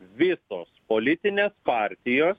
visos politinės partijos